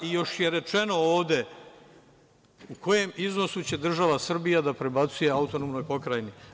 Još je rečeno ovde u kojem iznosu će država Srbija da prebacuje autonomnoj pokrajini.